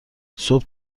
صبح